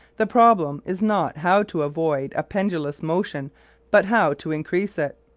the problem is not how to avoid a pendulous motion but how to increase it.